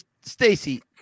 Stacy